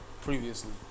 previously